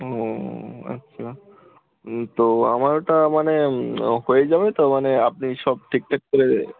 ও আচ্ছা তো আমারটা মানে হয়ে যাবে তো মানে আপনি সব ঠিকঠাক করে